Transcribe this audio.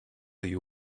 you